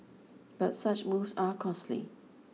but such moves are costly